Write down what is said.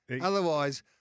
Otherwise